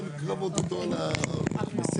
ואנחנו מטפלים גם בכל המרפאות בקהילה,